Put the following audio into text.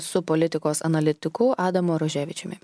su politikos analitikų adomu ruževičiumi